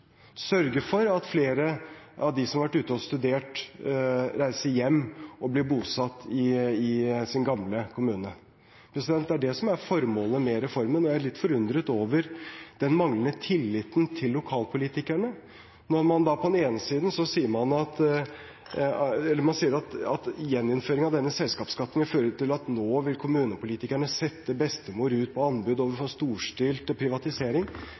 sørge for at flere av dem som har vært ute og studert, reiser hjem og bosetter seg i sin gamle kommune. Det er det som er formålet med reformen. Jeg er litt forundret over den manglende tilliten til lokalpolitikerne når man sier at gjeninnføring av denne selskapsskatten vil føre til at nå vil kommunepolitikerne sette bestemor ut på anbud, og vi får storstilt privatisering.